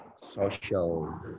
social